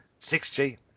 6G